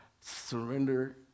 surrender